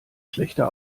schlechter